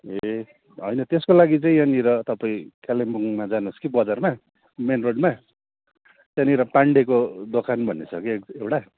ए होइन त्यसको लागि चाहिँ यहाँनिर तपाईँ कालिम्पोङमा जानुहोस् कि बजारमा मेन रोडमा त्यहँनिर पाण्डेको दोकान भन्ने छ कि एउटा